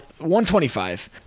125